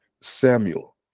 Samuel